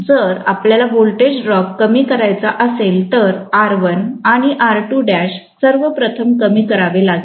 जर आपल्याला voltage drop कमी करायचा असेल तर R1 आणि सर्वप्रथम कमी करावे लागेल